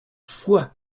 foix